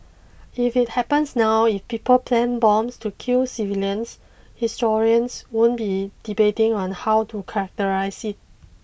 if it happens now if people plant bombs to kill civilians historians won't be debating on how to characterise it